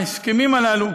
ההסכמים הללו,